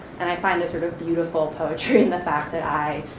and i find this sort of beautiful poetry in the fact that i,